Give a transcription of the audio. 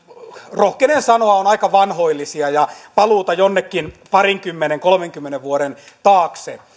rohkenen sanoa ovat aika vanhoillisia ja paluuta jonnekin parinkymmenen kolmenkymmenen vuoden taakse